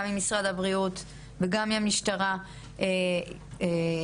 גם ממשרד הבריאות וגם ממשטרת ישראל התקדמות